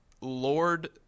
Lord